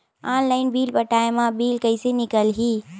Online bill पटाय मा bill कइसे निकलही?